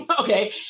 okay